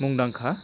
मुंदांखा